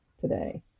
today